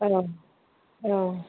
औ औ